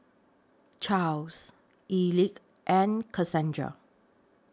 Charls Elick and Cassandra